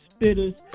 Spitters